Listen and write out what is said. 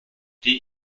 die